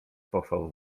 pochwał